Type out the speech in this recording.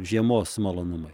žiemos malonumai